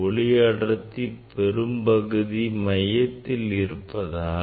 ஒளிக்கதிரின் பெரும்பகுதி மையத்தில் குவிந்துள்ளது